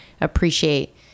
appreciate